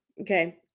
Okay